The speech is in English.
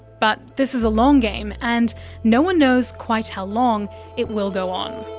but this is a long game, and no one knows quite how long it will go on.